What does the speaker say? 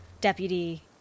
deputy